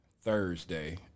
Thursday